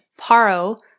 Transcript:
Paro